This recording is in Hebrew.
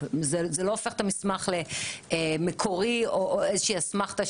זה לא הופך את המסמך למקורי או איזושהי אסמכתה